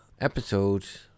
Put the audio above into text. episodes